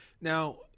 Now